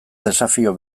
desafio